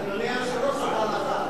אדוני היושב-ראש,